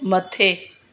मथे